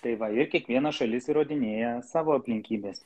tai va ir kiekviena šalis įrodinėja savo aplinkybes